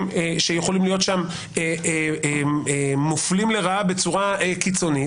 שיכולים להיות שם מופלים לרעה בצורה קיצונית,